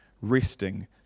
resting